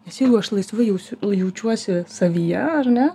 nes jeigu aš laisvai jausiu jaučiuosi savyje ar ne